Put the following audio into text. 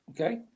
Okay